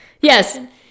Yes